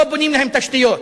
לא בונים להם תשתיות.